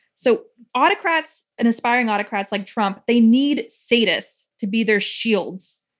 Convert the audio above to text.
so autocrats, and aspiring autocrats like trump, they need sadists to be their shields.